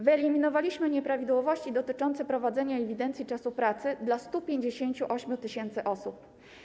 Wyeliminowaliśmy nieprawidłowości dotyczące prowadzenia ewidencji czasu pracy dla 158 tys. osób.